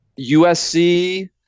USC